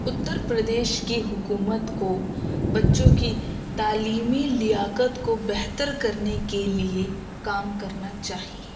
اتر پردیش کی حکومت کو بچوں کی تعلیمی لیاقت کو بہتر کرنے کے لیے کام کرنا چاہیے